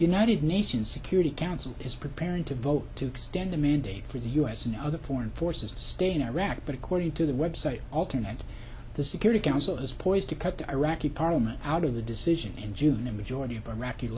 united nations security council is preparing to vote to extend a mandate for the u s and other foreign forces to stay in iraq but according to the website alter net the security council is poised to cut the iraqi parliament out of the decision in june a majority of iraqi